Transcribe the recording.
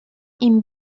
این